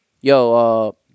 Yo